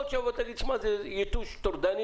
יכול להיות שתגיד שזה יתוש טורדני,